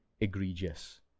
egregious